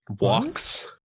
Walks